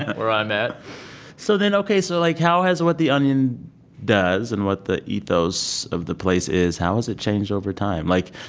where i'm at so then ok, so like, how has what the onion does and what the ethos of the place is, how has it changed over time? like,